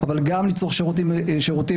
אבל גם לצרוך שירותים ציבוריים.